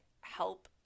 help